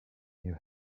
you